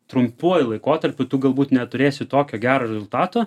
trumpuoju laikotarpiu tu galbūt neturėsi tokio gero rezultato